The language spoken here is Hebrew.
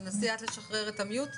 בקצרה בבקשה.